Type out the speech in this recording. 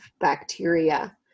bacteria